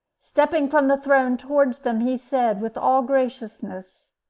stepping from the throne towards them, he said, with all graciousness,